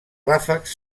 ràfecs